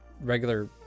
regular